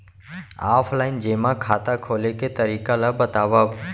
Offline जेमा खाता खोले के तरीका ल बतावव?